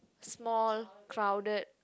small crowded